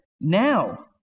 Now